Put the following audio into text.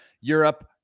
Europe